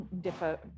differ